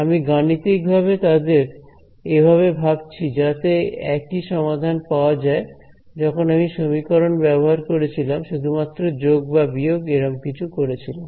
আমি গাণিতিকভাবে তাদের এভাবে ভাবছি যাতে একই সমাধান পাওয়া যায় যখন আমি সমীকরণ ব্যবহার করেছিলাম শুধুমাত্র যোগ বা বিয়োগ এরকম কিছু করেছিলাম